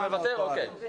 אני מוותר על רשות הדיבור.